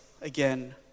again